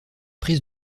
prise